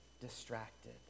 distracted